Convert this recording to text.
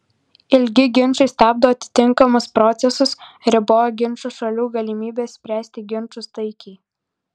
ilgi ginčai stabdo atitinkamus procesus riboja ginčo šalių galimybes spręsti ginčus taikiai